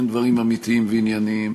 אין דברים אמיתיים וענייניים,